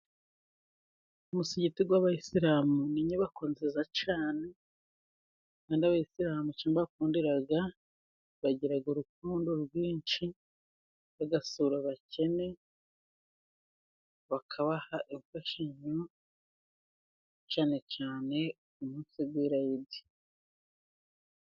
Umusigiti w'Abayisiramu ni inyubako nziza cyane, Abayisiramu icyo mbakundira bagira urukundo rwinshi, bagasura abakene, bakabaha imfashanyo, cyanecyane umunsi w'irayidi.